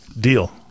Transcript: deal